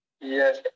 yes